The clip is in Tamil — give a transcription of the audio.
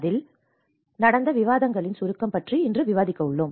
அதில் நடந்த விவாதங்களின் சுருக்கம் பற்றி இன்று விவாதிக்க உள்ளோம்